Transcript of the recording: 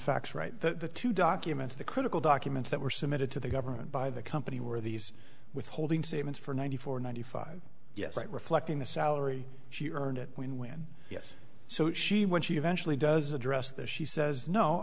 facts right the two documents the critical documents that were submitted to the government by the company were these withholding statements for ninety four ninety five yes right reflecting the salary she earned it when when yes so she when she eventually does address this she says no